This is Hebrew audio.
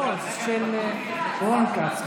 לא, זה של רון כץ.